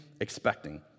expecting